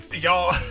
Y'all